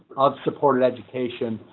odd supported education,